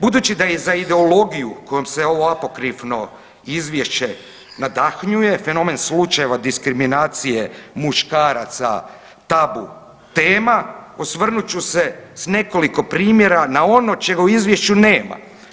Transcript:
Budući da je za ideologiju kojom se ovo apokrifno izvješće nadahnjuje, fenomen slučajeva diskriminacije muškaraca tabu tema, osvrnut ću se s nekoliko primjera na ono čega u izvješću nema.